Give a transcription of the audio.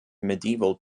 medieval